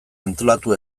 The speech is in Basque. antolatu